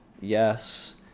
yes